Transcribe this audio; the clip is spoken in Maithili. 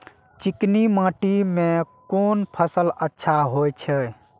चिकनी माटी में कोन फसल अच्छा होय छे?